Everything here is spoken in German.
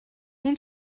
nun